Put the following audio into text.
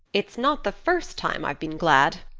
it's not the first time i've been glad,